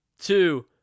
two